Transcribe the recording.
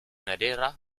madera